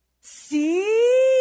See